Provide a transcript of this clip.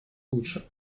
лучше